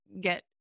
get